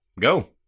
go